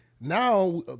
now